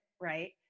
right